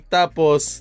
tapos